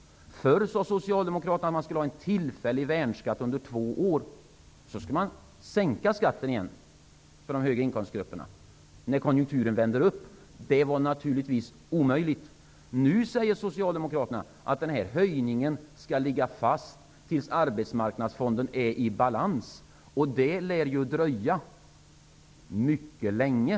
Förr föreslog Socialdemokraterna en tillfällig värnskatt under två år. När konjunkturen vände uppåt skulle man sänka skatten igen för de högre inkomstgrupperna. Det var naturligtvis omöjligt. Nu säger Socialdemokraterna att höjningen skall ligga fast till dess att Arbetsmarknadsfonden är i balans. Det lär dröja mycket länge.